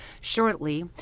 shortly